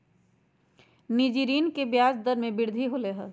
निजी ऋण के ब्याज दर में वृद्धि होलय है